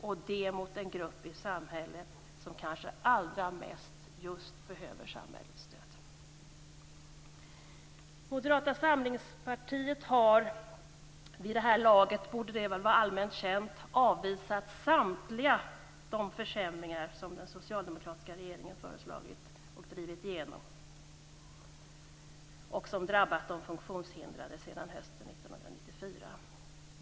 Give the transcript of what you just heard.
Och detta har man gjort mot en grupp i samhället som kanske allra mest just behöver samhällets stöd. Moderata samlingspartiet har - vid det här laget borde det vara allmänt känt - avvisat samtliga de försämringar som den socialdemokratiska regeringen föreslagit och drivit igenom och som drabbat de funktionshindrade sedan hösten 1994.